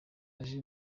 aje